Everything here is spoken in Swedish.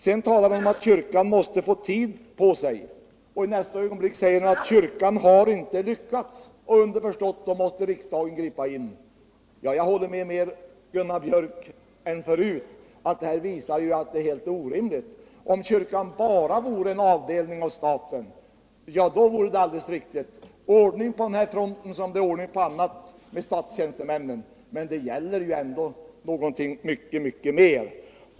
Sedan talar Hans Gustafsson om att kyrkan måste få tid på sig och i nästa ögonblick säger han att kyrkan inte har lyckats — underförstått att därför måste riksdagen gripa in. Jag håller med Gunnar Biörck mer än förut om att det här visar att det är helt orimligt att behandla här. Om kyrkan bara vore en avdelning av staten, då vore det alldeles riktigt att ha samma ordning på den här fronten som när det gäller andra statstjänstemän. Men det gäller ju ändå någonting mycket mer.